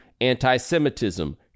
anti-Semitism